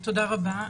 תודה רבה.